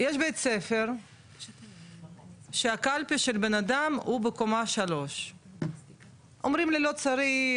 יש בית ספר שהקלפי של בן אדם הוא בקומה 3. אומרים לי לא צריך,